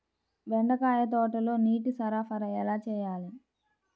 బెండకాయ తోటలో నీటి సరఫరా ఎలా చేయాలి?